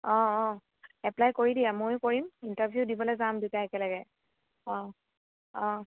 অ' অ' এপ্লাই কৰি দিয়া ময়ো কৰিম ইণ্টাৰভিউ দিবলৈ যাম দুইটা একলগে অ' অ'